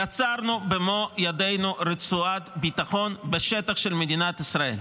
יצרנו במו ידינו רצועת ביטחון בשטח של מדינת ישראל.